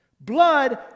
Blood